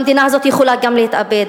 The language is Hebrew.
המדינה הזאת יכולה גם להתאבד.